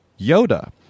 Yoda